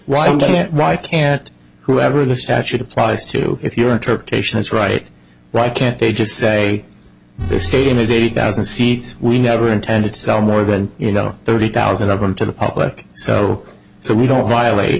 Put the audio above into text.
right can't whoever the statute applies to if your interpretation is right right can't they just say this stadium is eight thousand seats we never intended to sell more than you know thirty thousand of them to the public so so we don't violate